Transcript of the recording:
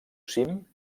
cim